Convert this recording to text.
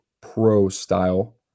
pro-style